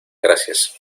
gracias